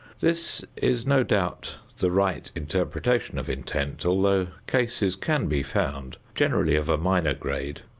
this is no doubt the right interpretation of intent, although cases can be found, generally of a minor grade,